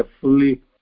fully